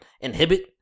inhibit